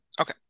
Okay